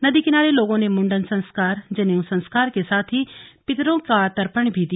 नदी किनारे लोगों ने मुंडन संस्कार जनेऊ संस्कार के साथ ही पितरों का तर्पण भी किया